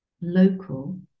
local